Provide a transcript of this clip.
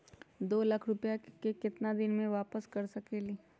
दो लाख रुपया के केतना दिन में वापस कर सकेली?